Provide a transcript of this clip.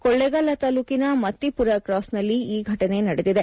ಕೊಳ್ಳೆಗಾಲ ತಾಲೂಕಿನ ಮತ್ತಿಪುರ ಕ್ರಾಸ್ನಲ್ಲಿ ಈ ಘಟನೆ ನಡೆದಿದೆ